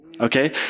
Okay